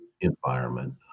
environment